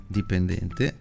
dipendente